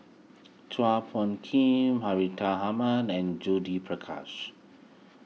Chua Phung Kim Hartinah Ahmad and Judith Prakash